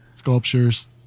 sculptures